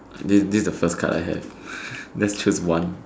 this this is the first card I have just choose one